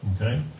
Okay